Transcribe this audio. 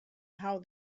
how